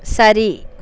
சரி